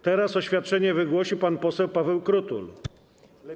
Teraz oświadczenie wygłosi pan poseł Paweł Krutul, Lewica.